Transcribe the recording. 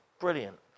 Brilliant